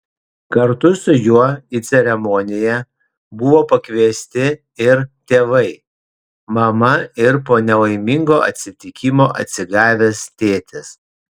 kartu su juo į ceremoniją buvo pakviesti ir tėvai mama ir po nelaimingo atsitikimo atsigavęs tėtis